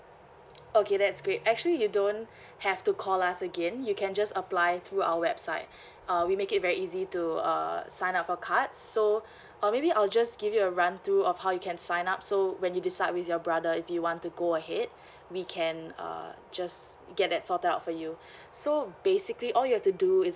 okay that's great actually you don't have to call us again you can just apply through our website uh we make it very easy to uh sign up for card so uh maybe I'll just give you a run through of how you can sign up so when you decide with your brother if you want to go ahead we can uh just get that sorted out for you so basically all you have to do is